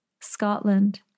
Scotland